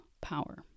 power